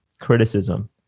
criticism